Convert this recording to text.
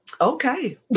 okay